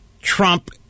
Trump